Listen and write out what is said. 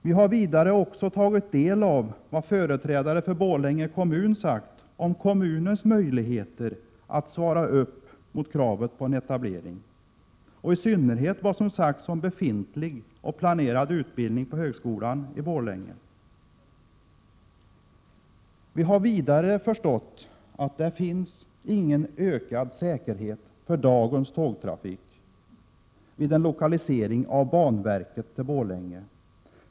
Vi har vidare tagit del av vad företrädare för Borlänge kommun sagt om kommunens möjligheter att svara upp mot kravet på en etablering, och i synnerhet vad som sagts om befintlig och planerad utbildning vid högskolan i Borlänge. Vi har förstått att en lokalisering av banverket till Borlänge inte innebär någon ökad säkerhetsrisk för dagens tågtrafik.